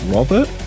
Robert